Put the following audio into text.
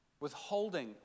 Withholding